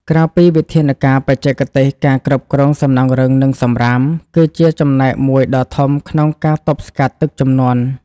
ក្រៅពីវិធានការបច្ចេកទេស ការគ្រប់គ្រងសំណង់រឹង និងសំរាម គឺជាចំណែកមួយដ៏ធំក្នុងការទប់ស្កាត់ទឹកជំនន់។